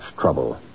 trouble